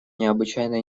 необычайно